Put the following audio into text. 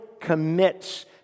commits